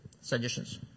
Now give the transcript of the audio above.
Suggestions